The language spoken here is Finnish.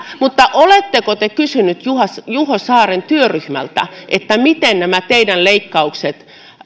mutta oletteko te kysyneet juho saaren työryhmältä miten nämä teidän leikkauksenne